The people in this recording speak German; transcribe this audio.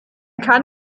kann